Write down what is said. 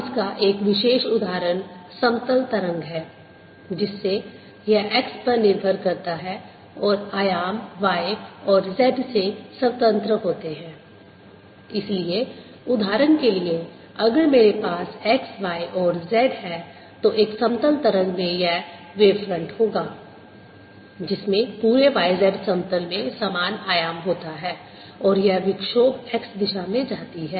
इसलिए उदाहरण के लिए अगर मेरे पास x y और z है तो एक समतल तरंग में यह वेवफ्रंट होगा जिसमें पूरे yz समतल में समान आयाम होता है और यह विक्षोभ x दिशा में जाती है